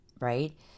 right